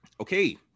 okay